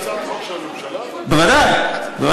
זו הצעת חוק של הממשלה?